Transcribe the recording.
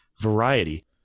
variety